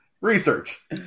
Research